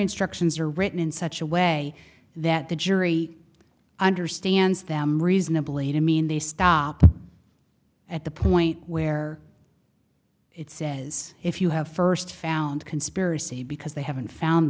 instructions are written in such a way that the jury understands them reasonably to mean they stop at the point where it says if you have first found conspiracy because they haven't found